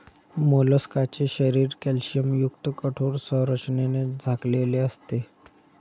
मोलस्काचे शरीर कॅल्शियमयुक्त कठोर संरचनेने झाकलेले असते